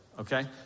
Okay